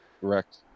Correct